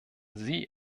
sie